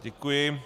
Děkuji.